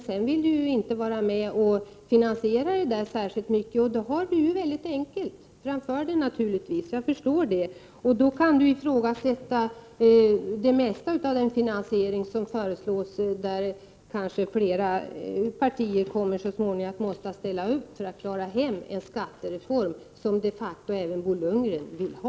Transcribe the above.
Sedan vill han inte vara med och finansiera skattesänkningarna, och då gör man det enkelt för sig — jag förstår det. Då kan man ifrågasätta det mesta av den finansiering som föreslås och där kanske flera partier så småningom måste ställa upp för att klara hem en skattereform, som de facto även Bo Lundgren vill ha.